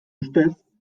ustez